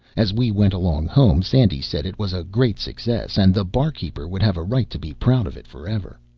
as we went along home, sandy said it was a great success, and the barkeeper would have a right to be proud of it forever.